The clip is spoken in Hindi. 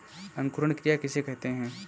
अंकुरण क्रिया किसे कहते हैं?